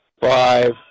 five